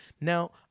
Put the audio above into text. Now